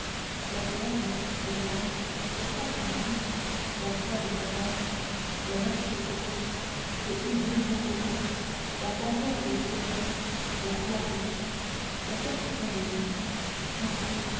la grève les halles la place dauphine la croix du trahoir le marché aux pourceaux ce hideux montfaucon la barrière des sergents la place aux chats la porte saint-denis champeaux